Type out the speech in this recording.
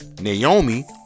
Naomi